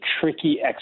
tricky